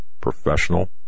professional